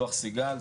לוח סיגל,